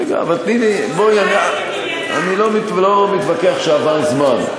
רגע, אבל תני לי, אני לא מתווכח שעבר זמן.